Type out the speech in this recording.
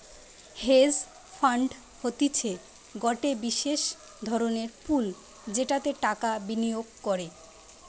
hedge fund হতিছে গটে বিশেষ ধরণের পুল যেটাতে টাকা বিনিয়োগ করে